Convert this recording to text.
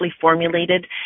formulated